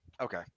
Okay